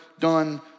done